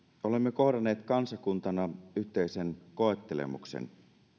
olemme kohdanneet kansakuntana yhteisen koettelemuksen